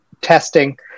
testing